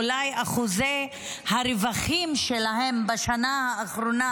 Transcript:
אולי אחוזי הרווחים שלהם בשנה האחרונה